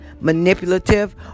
manipulative